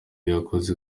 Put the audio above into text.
yakoze